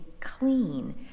clean